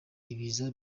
ibiza